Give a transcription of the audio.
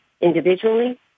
Individually